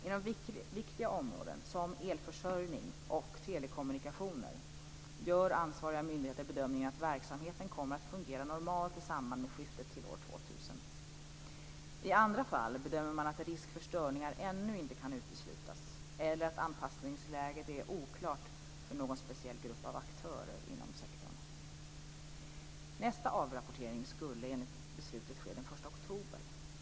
Inom viktiga områden som elförsörjning och telekommunikationer gör ansvariga myndigheter bedömningen att verksamheten kommer att fungera normalt i samband med skiftet till år 2000. I andra fall bedömer man att risk för störningar ännu inte kan uteslutas eller att anpassningsläget är oklart för någon speciell grupp av aktörer inom sektorn. 1 oktober.